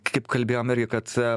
kaip kalbėjom irgi kad